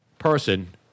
Person